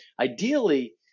Ideally